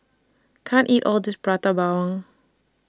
I can't eat All of This Prata Bawang